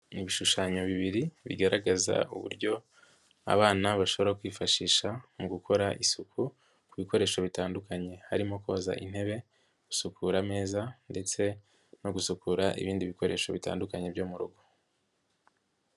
Ni bishushanyo bibiri bigaragaza uburyo abana bashobora kwifashisha mu gukora isuku ku bikoresho bitandukanye. Harimo koza intebe, gusukura ameza ndetse no gusukura ibindi bikoresho bitandukanye byo mu rugo.